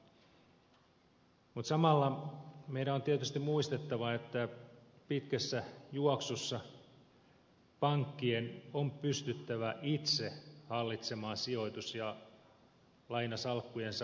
mutta samalla meidän on tietysti muistettava että pitkässä juoksussa pankkien on pystyttävä itse hallitsemaan sijoitus ja lainasalkkujensa riskit